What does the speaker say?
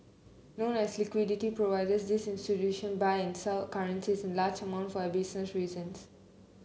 known as liquidity providers these institution buy and sell currencies in large amount for business reasons